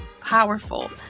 powerful